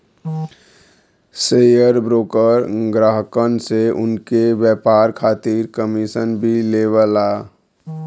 share broker ग्राहकन से उनके व्यापार खातिर कमीशन भी लेवला